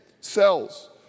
cells